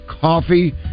coffee